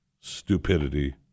stupidity